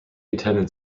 attended